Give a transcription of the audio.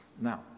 Now